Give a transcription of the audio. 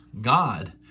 God